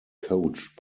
coached